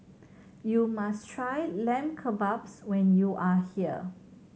you must try Lamb Kebabs when you are here